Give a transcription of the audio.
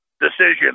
decision